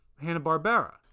Hanna-Barbera